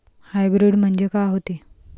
Hybrid म्हनजे का होते?